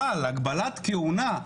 אבל הגבלת כהונה,